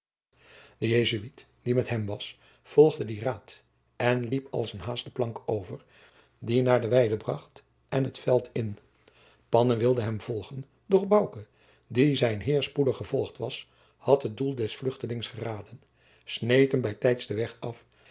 de jesuit die met hem was volgde dien raad en liep als een haas de plank over die naar de jacob van lennep de pleegzoon weide bracht en het veld in panne wilde hem volgen doch bouke die zijn heer spoedig gevolgd was had het doel des vluchtelings geraden sneed hem bij tijds den weg af